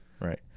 right